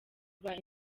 rwa